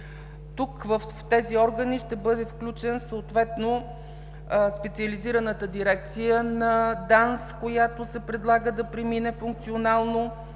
В тези органи ще бъде включена специализираната дирекция на ДАНС, която се предлага да премине функционално